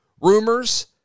rumors